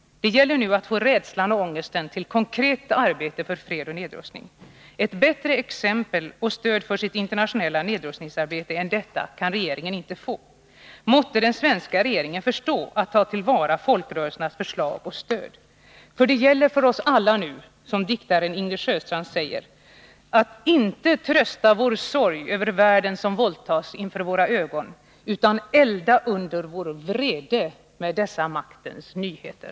Det gäller nu att få rädslan och ångesten att resultera i konkret arbete för fred och nedrustning. Bättre exempel och stöd för sitt internationella nedrustningsarbete än detta kan regeringen inte få! Måtte den svenska regeringen förstå att ta till vara folkrörelsernas förslag och stöd! Det gäller nu för oss alla — som diktaren Ingrid Sjöstrand säger — att inte trösta vår sorg över världen som våldtas inför våra ögon utan elda under vår vrede med dessa maktens nyheter.